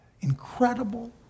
incredible